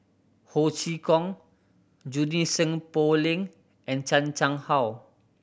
Ho Chee Kong Junie Sng Poh Leng and Chan Chang How